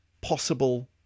possible